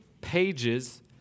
pages